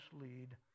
lead